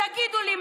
תגידו לי,